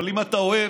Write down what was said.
אבל אם אתה אוהב,